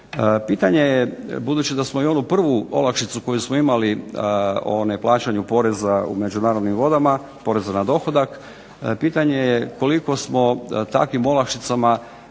Pitanje je, budući da smo i onu prvu olakšicu koju smo imali o neplaćanju poreza u međunarodnim vodama, poreza na dohodak, pitanje je koliko smo takvim olakšicama